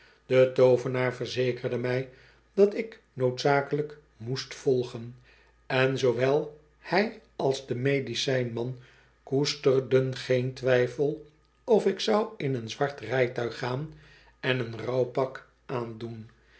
de too venaar verzekerde mij dat ik noodzakelijk moest volgen en zoowel hij als de medicijn man koesterden geen twijfel of ik zou in een zwart rijtuig gaan en een rouwpak aandoen